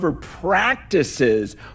practices